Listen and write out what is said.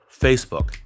Facebook